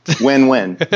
win-win